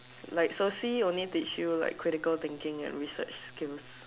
like social only teach you like critical thinking and research skills